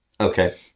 Okay